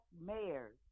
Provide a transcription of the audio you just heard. mayors